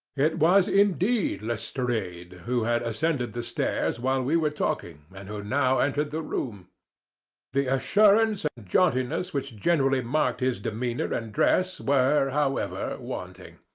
it was indeed lestrade, who had ascended the stairs while we were talking, and who now entered the room the assurance and jauntiness which generally marked his demeanour and dress were, however, wanting.